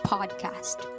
Podcast